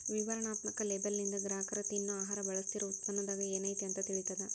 ವಿವರಣಾತ್ಮಕ ಲೇಬಲ್ಲಿಂದ ಗ್ರಾಹಕರ ತಿನ್ನೊ ಆಹಾರ ಬಳಸ್ತಿರೋ ಉತ್ಪನ್ನದಾಗ ಏನೈತಿ ಅಂತ ತಿಳಿತದ